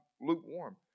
lukewarm